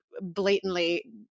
blatantly